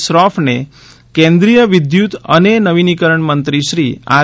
શ્રોફ ને કેન્દ્રીય વિદ્યુત અને નવીનીકરણ મંત્રી શ્રી આર